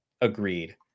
agreed